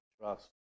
trust